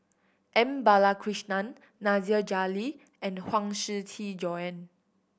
M Balakrishnan Nasir Jalil and Huang Shiqi Joan